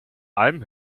alm